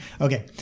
Okay